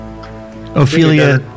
Ophelia